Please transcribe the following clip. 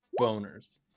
boners